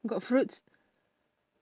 got fruits